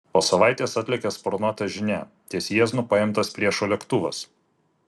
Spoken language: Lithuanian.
po savaitės atlėkė sparnuota žinia ties jieznu paimtas priešo lėktuvas